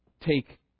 take